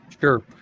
Sure